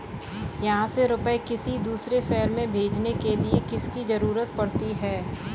यहाँ से रुपये किसी दूसरे शहर में भेजने के लिए किसकी जरूरत पड़ती है?